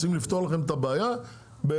רוצים לפתור לכם את הבעיה באופן